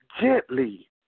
gently